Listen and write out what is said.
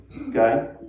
okay